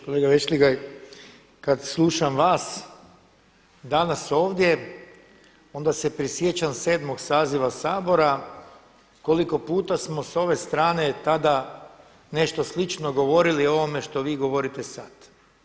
Kolega Vešligaj, kada slušam vas danas ovdje onda se prisjećam 7. saziva Sabora koliko puta smo s ove strane tada nešto slično govorili o ovome što vi govorite sad.